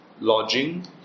Lodging